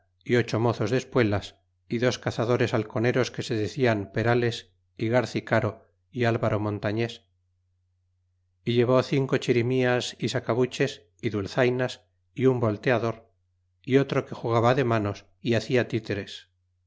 y ocho mozos de espuelas y dos cazadores halconeros que se decian perales y garci caro y alvaro montailes y llevó cinco chirimias y sacabuches y dulzainas y un volteador y otro que jugaba de manos y hacia títeres